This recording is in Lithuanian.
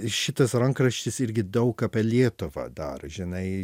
šitas rankraštis irgi daug apie lietuvą dar žinai